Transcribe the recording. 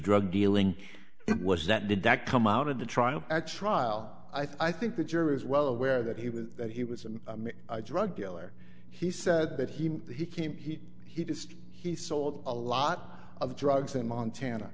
drug dealing it was that did that come out of the trial i trialed i think the jury is well aware that he was that he was and i drug dealer he said that he came he he just he sold a lot of drugs in montana